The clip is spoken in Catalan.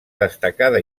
destacada